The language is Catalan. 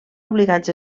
obligats